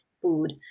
food